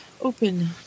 Open